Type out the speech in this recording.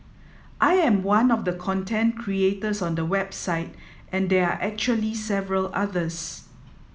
I am one of the content creators on the website and there are actually several others